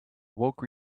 woke